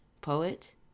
Poet